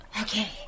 Okay